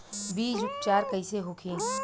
बीज उपचार कइसे होखे?